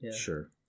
Sure